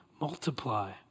multiply